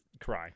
cry